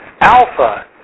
Alpha